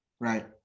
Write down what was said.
right